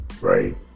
right